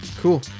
cool